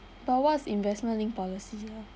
but what is investment linked policies lah